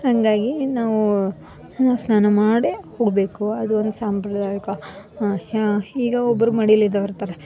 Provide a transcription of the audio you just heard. ಹಂಗಾಗಿ ನಾವು ಸ್ನಾನ ಮಾಡಿಯೇ ಹೋಗಬೇಕು ಅದೊಂದು ಸಾಂಪ್ರದಾಯಿಕ ಈಗ ಒಬ್ಬರು ಮಡೀಲಿ ಇದ್ದವರಿರ್ತಾರೆ